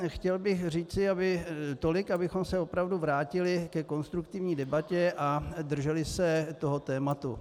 Chtěl bych říci tolik, abychom se opravdu vrátili ke konstruktivní debatě a drželi se toho tématu.